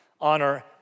honor